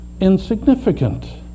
insignificant